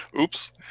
Oops